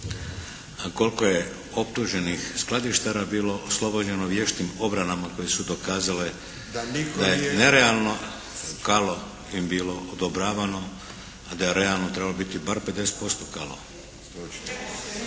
A koliko je optuženih skladištara bilo oslobođeno vještim obranama koje su dokazale da je nerealno kalo im bilo odobravano a da je realno trebalo biti bar 50% kalo.